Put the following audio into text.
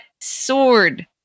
sword